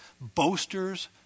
boasters